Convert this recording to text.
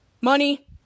Money